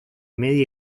media